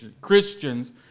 Christians